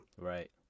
Right